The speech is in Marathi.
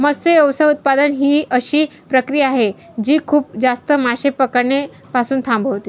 मत्स्य व्यवसाय व्यवस्थापन ही अशी प्रक्रिया आहे जी खूप जास्त मासे पकडणे पासून थांबवते